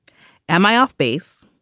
am i off base?